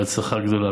בהצלחה גדולה.